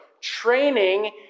training